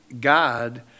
God